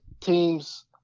teams